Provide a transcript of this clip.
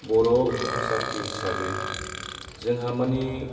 बर' जाति हिसाबै जोंहा माने